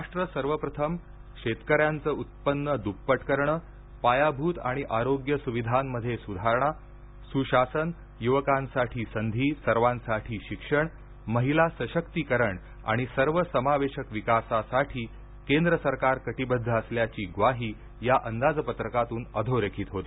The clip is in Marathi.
राष्ट्र सर्वप्रथम शेतकऱ्यांचं उत्पन्न द्प्पट करण पायाभूत आणि आरोग्य सुविधांमध्ये सुधारणा सुशासन युवकांसाठी संधी सर्वांसाठी शिक्षण महिला सशक्तिकरण आणि सर्वसमावेशक विकासासाठी केंद्र सरकार कटिबद्ध असल्याची ग्वाही या अंदाजपत्रकातून अधोरेखित होते